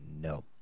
No